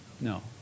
No